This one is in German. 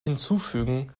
hinzufügen